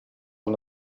con